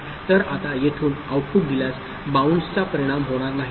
तर आता येथून आऊटपुट दिल्यास बाउन्सचा परिणाम होणार नाही